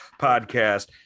podcast